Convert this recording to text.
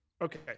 Okay